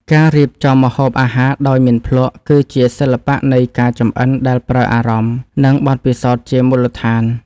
ការរៀបចំម្ហូបអាហារដោយមិនភ្លក្ស គឺជាសិល្បៈនៃការចម្អិនដែលប្រើអារម្មណ៍ និងបទពិសោធន៍ជាមូលដ្ឋាន។